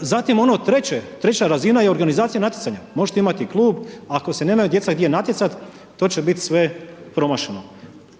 Zatim ono treće, treća razina je organizacija natjecanja, možete imati klub, ako se nemaju djeca gdje natjecat to će bit sve promašeno.